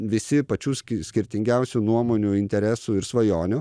visi pačių ski skirtingiausių nuomonių interesų ir svajonių